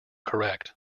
correct